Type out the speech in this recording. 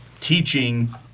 teaching